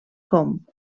com